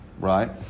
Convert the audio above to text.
Right